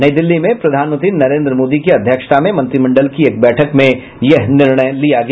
नई दिल्ली में प्रधानमंत्री नरेंद्र मोदी की अध्यक्षता में मंत्रिमंडल की एक बैठक में यह निर्णय लिया गया